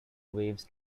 waves